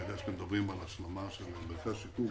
אני יודע שאתם מדברים על השלמה של מרכז השיקום